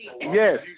Yes